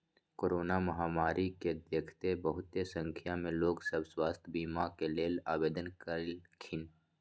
corona महामारी के देखइते बहुते संख्या में लोग सभ स्वास्थ्य बीमा के लेल आवेदन कलखिन्ह